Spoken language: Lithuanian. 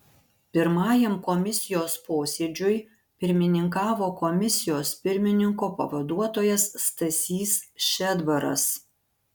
pirmajam komisijos posėdžiui pirmininkavo komisijos pirmininko pavaduotojas stasys šedbaras